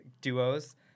duos